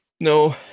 No